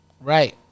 Right